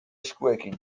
eskuekin